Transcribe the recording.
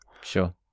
Sure